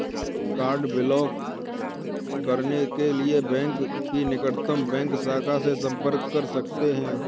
card block करने के लिए बैंक की निकटतम बैंक शाखा से संपर्क कर सकते है